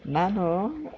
ನಾನು